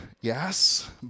yes